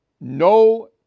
no